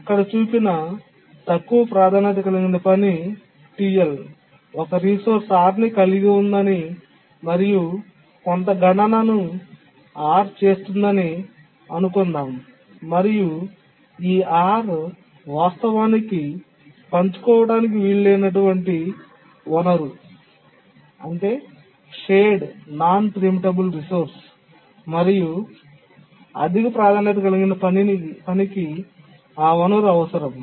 ఇక్కడ చూపిన తక్కువ ప్రాధాన్యత కలిగిన పని T L ఒక రిసోర్స్ R ని కలిగి ఉందని మరియు కొంత గణనను R చేస్తుందని అనుకుందాం మరియు ఈ R వాస్తవానికి పంచుకోవటానికి వీలు లేనటువంటి వనరు మరియు అధిక ప్రాధాన్యత కలిగిన పనికి ఆ వనరు అవసరం